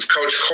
Coach